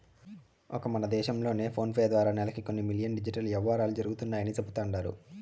ఒక్క మన దేశం లోనే ఫోనేపే ద్వారా నెలకి కొన్ని మిలియన్ డిజిటల్ యవ్వారాలు జరుగుతండాయని సెబుతండారు